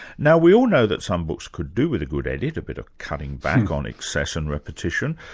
now we all know that some books could do with a good edit, a bit of cutting back on excess and repetition.